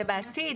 זה בעתיד,